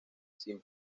sin